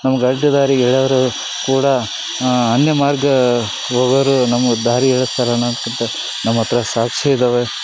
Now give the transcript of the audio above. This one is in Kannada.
ನಮ್ಗೆ ಅಡ್ಡ ದಾರಿಗೆ ಎಳ್ಯೋರು ಕೂಡ ಅನ್ಯ ಮಾರ್ಗ ಹೋಗೋರು ನಮ್ಗೆ ದಾರಿ ಹೇಳ್ತಾರೇನೋ ಅನ್ನಿಸುತ್ತೆ ನಮ್ಮ ಹತ್ರ ಸಾಕ್ಷಿ ಇದ್ದಾವೆ